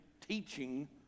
teaching